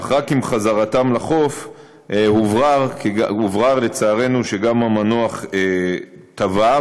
אך רק עם חזרתם לחוף הוברר לצערנו שגם המנוח טבע,